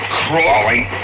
crawling